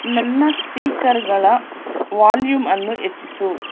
ನನ್ನ ಸ್ಪೀಕರ್ಗಳ ವಾಲ್ಯೂಮ್ ಅನ್ನು ಹೆಚ್ಚಿಸು